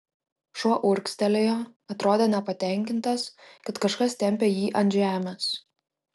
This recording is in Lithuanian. šuo urgztelėjo atrodė nepatenkintas kad kažkas tempia jį ant žemės